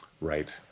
Right